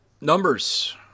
numbers